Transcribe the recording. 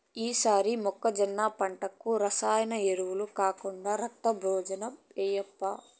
ఈ తూరి మొక్కజొన్న పంటకు రసాయన ఎరువులు కాకుండా రక్తం ప్రబోజనం ఏయప్పా